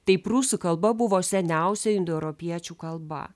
tai prūsų kalba buvo seniausia indoeuropiečių kalba